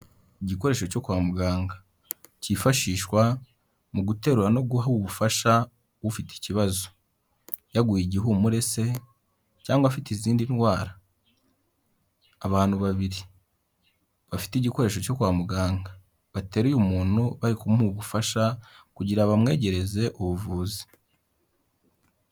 Igikoresho cyo kwa muganga, cyifashishwa mu guterura no guha ubufasha ufite ikibazo, yaguye igihumure se cyangwa afite izindi ndwara, abantu babiri, bafite igikoresho cyo kwa muganga, bateruye umuntu bari kumuha ubufasha kugira bamwegereze ubuvuzi.